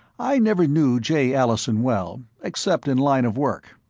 i never knew jay allison well, except in line of work.